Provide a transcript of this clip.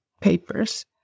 papers